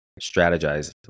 strategize